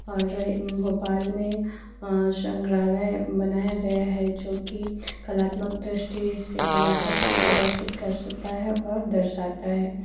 और भोपाल में संग्रहालय बनाया गया है जोकि कलात्मक दृष्टि से विरासत को प्रदर्शित कर सकता है और दर्शाता है